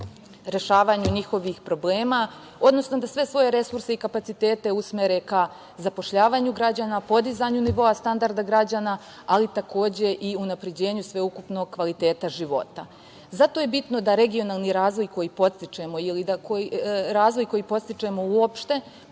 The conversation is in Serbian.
rešavanju njihovih problema, odnosno da sve svoje resurse i kapacitete usmere ka zapošljavanju građana, podizanju nivoa standarda građana, ali takođe i unapređenju sveukupnog kvaliteta života. Zato je bitno da regionalni razvoj koji podstičemo, razvoj koji podstičemo uopšte,